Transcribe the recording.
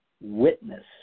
Witness